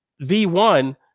V1